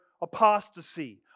apostasy